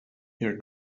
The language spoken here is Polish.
jak